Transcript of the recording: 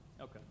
Okay